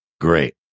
Great